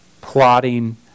plotting